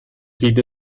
geht